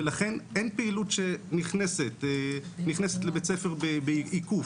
ולכן אין פעילות שנכנסת לבית ספר בעיקוף,